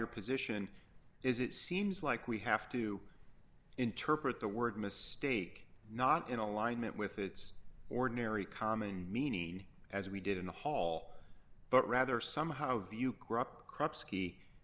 your position is it seems like we have to interpret the word mistake not in alignment with its ordinary common meaning as we did in the hall but rather somehow view corrupt cr